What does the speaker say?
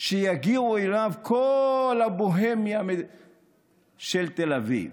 שיגיעו אליו כל הבוהמה של תל אביב.